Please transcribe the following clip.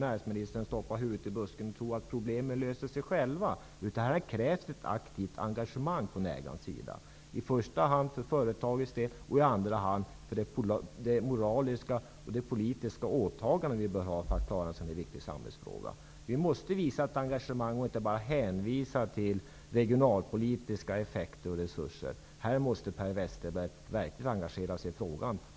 Näringsministern får inte stoppa huvudet i busken och tro att problemen löser sig själva, utan det krävs ett aktivt engagemang från ägarnas sida, i första hand för företaget, i andra hand moraliskt och politiskt för att klara en så viktig samhällsfråga. Vi måste visa ett engagemang och inte bara hänvisa till regionalpolitiska effekter och resurser. Per Westerberg måste verkligen engagera sig i den här frågan.